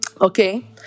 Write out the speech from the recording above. Okay